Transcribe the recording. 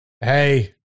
Hey